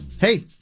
Hey